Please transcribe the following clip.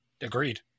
Agreed